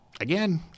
Again